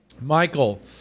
Michael